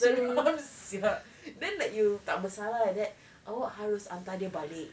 seram sia then like you tak bersalah like that awak harus hantar dia balik